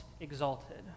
exalted